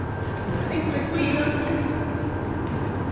हस्सी जा'रदी कोई गल्ल नेईं